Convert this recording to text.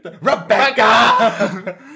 Rebecca